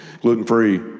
Gluten-free